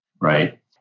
right